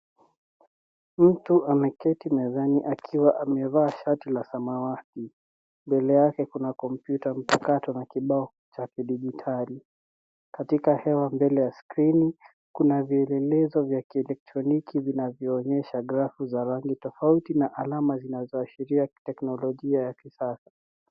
Mtu ameketi mezani akiwa amevaa shati la samawati mbele yake kuna kompyuta mpakato na kibao cha kidijitali. Katika hewa mbele ya skrini kuna vielelezo vya kielektroniki viinavyonyesha grafu za rangi tofauti na alama zinazoashiria kiteknolojia ya kisasa.